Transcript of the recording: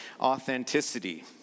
authenticity